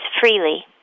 freely